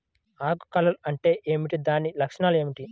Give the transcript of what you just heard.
ఆకు కర్ల్ అంటే ఏమిటి? దాని లక్షణాలు ఏమిటి?